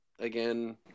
Again